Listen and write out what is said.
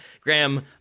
Graham